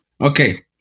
Okay